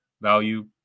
value